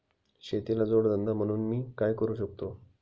शेतीला जोड धंदा म्हणून मी काय करु शकतो?